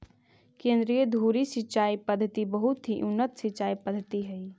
केन्द्रीय धुरी सिंचाई पद्धति बहुत ही उन्नत सिंचाई पद्धति हइ